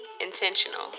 intentional